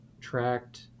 tracked